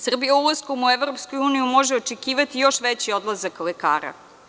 Srbija ulaskom u EU može očekivati još veći odlazak lekara.